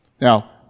Now